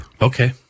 Okay